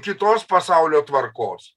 kitos pasaulio tvarkos